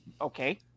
Okay